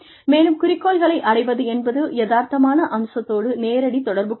மேலும் குறிக்கோளை அடைவதென்பது யதார்த்தமான அம்சத்தோடு நேரடி தொடர்பு கொண்டவை